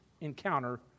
encounter